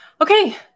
Okay